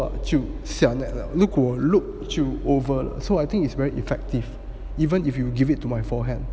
but 就下 net 如果 loop 就 over so I think it's very effective even if you give it to my forehand